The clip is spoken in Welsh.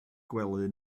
gwely